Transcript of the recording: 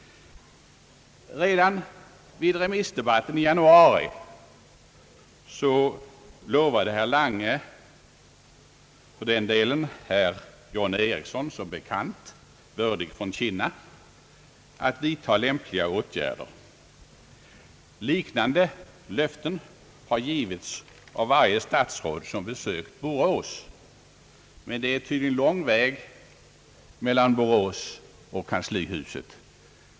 Redan vid remissdebatten i januari lovade herr Lange, för den delen också herr John Ericsson, som bekant bördig från Kinna, att vidtaga lämpliga åtgärder. Liknande löften har givits av varje statsråd som under året har besökt Borås. Men det är tydligen lång väg mellan Borås och kanslihuset.